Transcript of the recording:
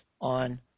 on